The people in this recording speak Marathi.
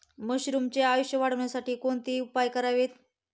मशरुमचे आयुष्य वाढवण्यासाठी कोणते उपाय करावेत?